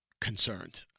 concerned